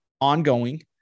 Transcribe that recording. ongoing